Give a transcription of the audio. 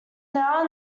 now